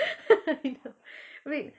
I know wait